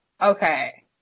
okay